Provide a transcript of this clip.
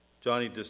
Johnny